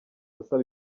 asaba